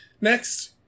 Next